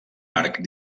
arc